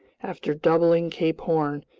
after doubling cape horn,